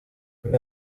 kuri